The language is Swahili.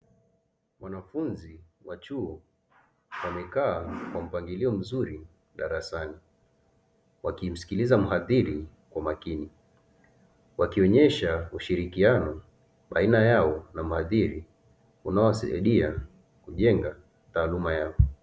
Wanafunzi wa chuo wamekaa kwa mpangilio mzuri darasani wakimsikiliza mhadhiri kwa umakini, wakionyesha ushirikiano baina yao na mhadhiri unaowasaidia kujenga taaluma yao.